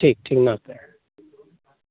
ठीक ठीक नमस्ते